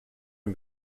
and